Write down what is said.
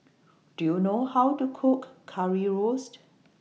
Do YOU know How to Cook Currywurst